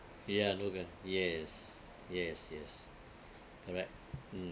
ya look at yes yes yes correct mm